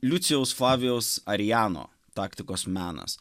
liucijaus fabijaus ariano taktikos menas